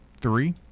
Three